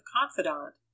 confidant